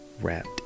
wrapped